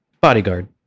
bodyguard